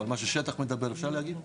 אבל מה ששטח מדבר אפשר להגיד?